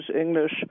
English